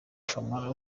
camara